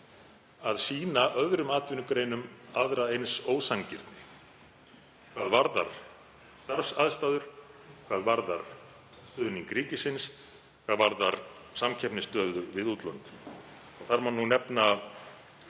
að sýna öðrum atvinnugreinum aðra eins ósanngirni hvað varðar starfsaðstæður, hvað varðar stuðning ríkisins, hvað varðar samkeppnisstöðu við útlönd. Það má nefna